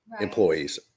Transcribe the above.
employees